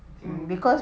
I think